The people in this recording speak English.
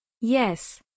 Yes